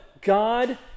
God